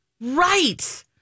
Right